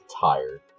tired